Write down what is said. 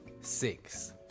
six